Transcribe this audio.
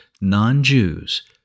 non-Jews